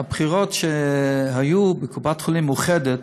הבחירות שהיו בקופת-חולים מאוחדת,